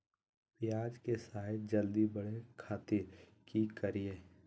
प्याज के साइज जल्दी बड़े खातिर की करियय?